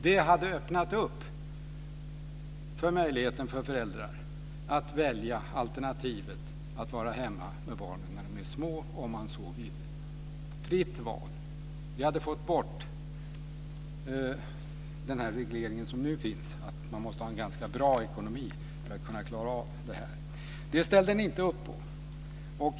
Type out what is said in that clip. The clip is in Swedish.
Det hade öppnat upp för möjligheten för föräldrar att välja alternativet att vara hemma med barnen när de är små om man så vill. Fritt val! Vi hade fått bort den reglering som nu finns, nämligen att man måste ha en ganska bra ekonomi för att klara av det. Det ställde ni inte upp på.